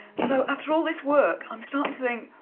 so after all this work, i'm starting to think,